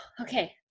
okay